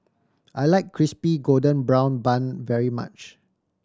I like Crispy Golden Brown Bun very much